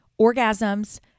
orgasms